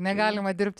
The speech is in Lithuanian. negalima dirbt